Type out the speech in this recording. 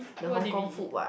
the Hong-Kong food [what]